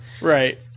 Right